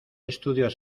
estudios